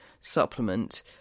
supplement